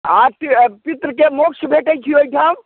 आ तऽ पितृके मोक्ष भेटैत छै ओहिठाम